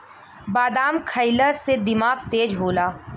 बादाम खइला से दिमाग तेज होला